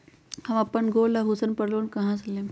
हम अपन गोल्ड आभूषण पर लोन कहां से लेम?